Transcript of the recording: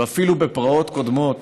ואפילו בפרעות קודמות,